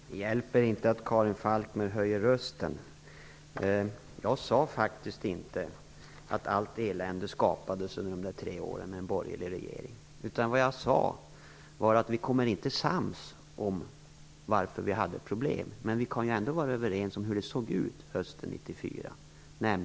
Herr talman! Det hjälper inte att Karin Falkmer höjer rösten. Jag sade faktiskt inte att allt elände skapades under de tre åren med en borgerlig regering, utan det som jag sade var att vi inte kommer sams vad gäller anledningen till problemen. Men vi kan ändå vara överens om hur det såg ut hösten 1994.